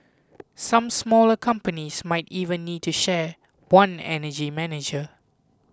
some smaller companies might even need to share one energy manager